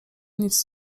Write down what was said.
nic